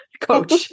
coach